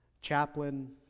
Chaplain